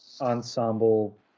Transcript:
ensemble